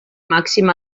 màxim